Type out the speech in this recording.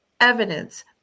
evidence